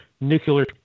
nuclear